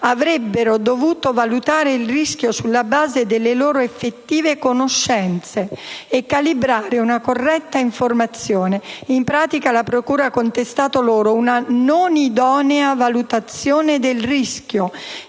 avrebbero dovuto «valutare il rischio sulla base delle loro effettive conoscenze e calibrare una corretta informazione». In pratica, la procura ha contestato loro una non idonea valutazione del rischio